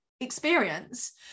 experience